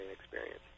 experience